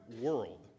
world